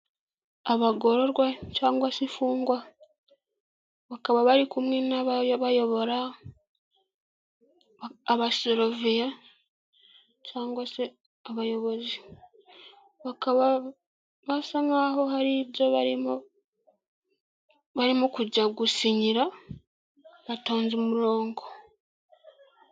Abagororwa cyangwa se imfungwa bakaba bari kumwe n'ababayobora, abasoroviya cyangwa se abayobozi, bakaba basa nkaho hari ibyo barimo barimo kujya gusinyira, batonze umurongo.